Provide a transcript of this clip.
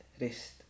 rest